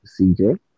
CJ